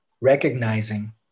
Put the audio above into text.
recognizing